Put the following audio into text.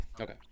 Okay